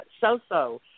so-so